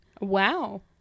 Wow